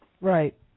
Right